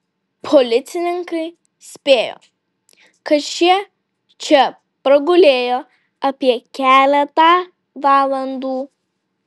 policininkai spėjo kad šie čia pragulėjo apie keletą valandų